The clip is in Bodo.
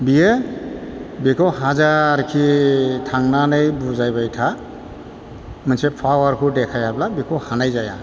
बेखौ हाजारखि थांनानै बुजायबाय था मोनसे पावारखौ देखायाब्ला बेखौ हानाय जाया